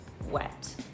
wet